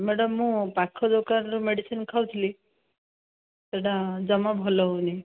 madam ମୁଁ ପାଖ ଦୋକାନରୁ ମେଡିସିନ୍ ଖାଉଥିଲି ସେଇଟା ଜମା ଭଲ ହେଉନାହିଁ